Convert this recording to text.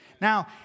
Now